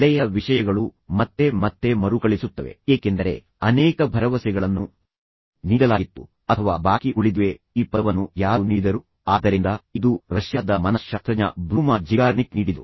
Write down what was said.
ಹಳೆಯ ವಿಷಯಗಳು ಮತ್ತೆ ಮತ್ತೆ ಮರುಕಳಿಸುತ್ತವೆ ಏಕೆಂದರೆ ಅನೇಕ ಭರವಸೆಗಳನ್ನು ನೀಡಲಾಗಿತ್ತು ಅಥವಾ ಬಾಕಿ ಉಳಿದಿವೆ ಈ ಪದವನ್ನು ಯಾರು ನೀಡಿದರು ಆದ್ದರಿಂದ ಇದು ರಷ್ಯಾದ ಮನಶ್ಶಾಸ್ತ್ರಜ್ಞ ಬ್ಲೂಮಾ ಝಿಗಾರ್ನಿಕ್ ನೀಡಿದರು